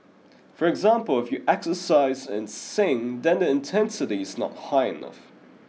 for example if you exercise and sing then the intensity is not high enough